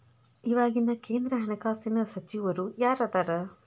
ಇವಾಗಿನ ಕೇಂದ್ರ ಹಣಕಾಸಿನ ಸಚಿವರು ಯಾರದರ